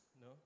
No